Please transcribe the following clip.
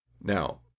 Now